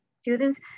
students